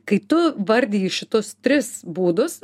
kai tu vardiji šitus tris būdus